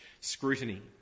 scrutiny